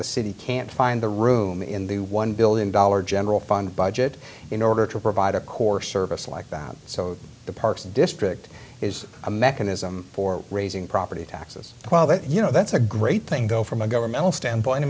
the city can't find the room in the one billion dollar general fund budget in order to provide a core service like that so the parks district is a mechanism for raising property taxes well that you know that's a great thing though from a governmental standpoint i